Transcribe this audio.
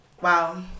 wow